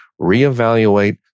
reevaluate